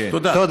כן.